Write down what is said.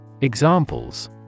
Examples